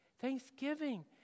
Thanksgiving